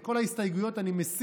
את כל ההסתייגויות אני מסיר,